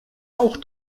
auch